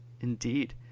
Indeed